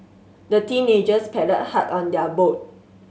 the teenagers paddled hard on their boat